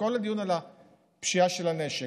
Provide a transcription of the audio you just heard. כל הדיון על פשיעה של הנשק,